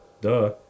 Duh